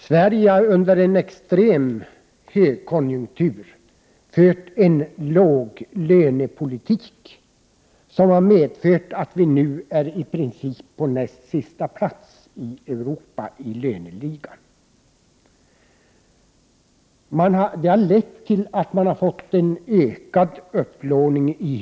Sverige har under en extrem högkonjunktur fört en låglönepolitik som har medfört att vi nu är på i princip sista plats i ”löneligan”. Detta har lett till hushållens ökade upplåning.